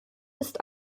ist